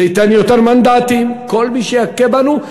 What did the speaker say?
זה ייתן יותר מנדטים, כל מי שיכה בנו.